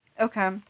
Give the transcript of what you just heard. Okay